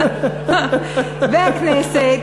הכנסת,